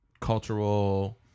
cultural